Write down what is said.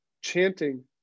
chanting